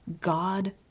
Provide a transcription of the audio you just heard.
God